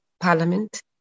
Parliament